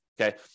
Okay